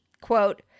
Quote